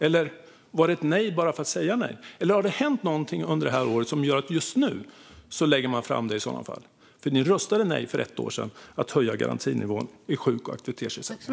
Var det ett nej bara för att säga nej, eller har det hänt någonting under det här året som gör att ni lägger fram det förslaget nu? För ett år sedan röstade ni nej till att höja garantinivån i sjuk och aktivitetsersättningen.